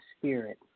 spirit